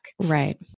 Right